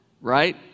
right